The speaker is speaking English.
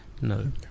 No